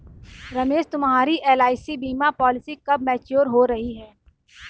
रमेश तुम्हारी एल.आई.सी बीमा पॉलिसी कब मैच्योर हो रही है?